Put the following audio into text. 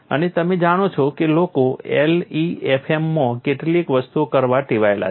અને તમે જાણો છો કે લોકો LEFM માં કેટલીક વસ્તુઓ કરવા ટેવાયેલા છે